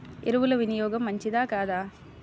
ఎరువుల వినియోగం మంచిదా కాదా?